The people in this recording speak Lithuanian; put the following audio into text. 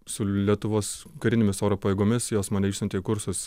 su lietuvos karinėmis oro pajėgomis jos mane išsiuntė į kursus